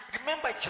Remember